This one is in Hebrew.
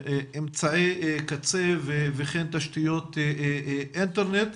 אמצעי קצה ותשתיות אינטרנט.